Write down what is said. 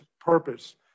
purpose